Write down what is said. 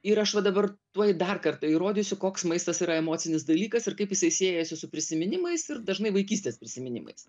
ir aš va dabar tuoj dar kartą įrodysiu koks maistas yra emocinis dalykas ir kaip jisai siejasi su prisiminimais ir dažnai vaikystės prisiminimais